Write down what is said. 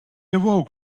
awoke